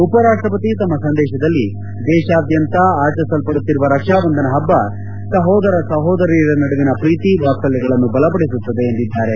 ಉಪರಾಷ್ಷಪತಿ ತಮ್ನ ಸಂದೇಶದಲ್ಲಿ ದೇಶಾದ್ಯಂತ ಆಚರಿಸಲ್ಪಡುತ್ತಿರುವ ರಕ್ಷಾಬಂಧನ ಹಬ್ಲ ಸಹೋದರ ಸೋದರಿಯರ ನಡುವಿನ ಪ್ರೀತಿ ವಾತ್ಸಲ್ಯಗಳನ್ನು ಬಲಪಡಿಸುತ್ತದೆ ಎಂದಿದ್ದಾರೆ